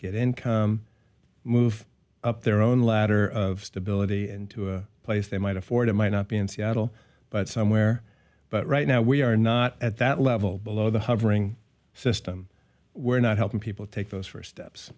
get income move up their own ladder of stability and to a place they might afford it might not be in seattle but somewhere but right now we are not at that level below the hovering system we're not helping people take those first steps